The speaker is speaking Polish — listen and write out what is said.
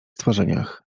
stworzeniach